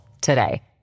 today